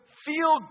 Feel